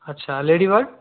আচ্ছা লেডিবার্ড